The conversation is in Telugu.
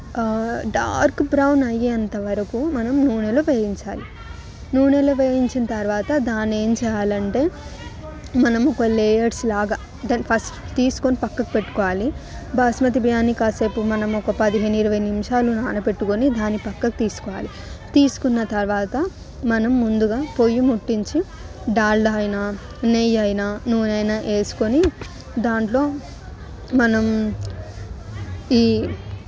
డార్క్ బ్రౌన్ అయ్యేంతవరకు మనం నూనెలో వేయించాలి నూనెలో వేయించిన తర్వాత దానిని ఏం చేయాలంటే మనం ఒక లేయర్స్ లాగా మనం ఫస్ట్ దాన్నితీసుకొని పక్కకు పెట్టుకోవాలి బాస్మతి బియ్యాని కాసేపు మనం ఒక పదిహేను ఇరవై నిమిషాలు నానబెట్టుకొని దాని పక్కకు తీసుకోవాలి తీసుకున్న తర్వాత మనం ముందుగా పొయ్యి ముట్టించి డాల్డా అయినా నెయ్యి అయినా నూనె అయినా వేసుకొని దాంట్లో మనం ఈ